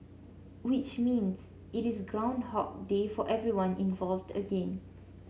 which means it is groundhog day for everyone involved again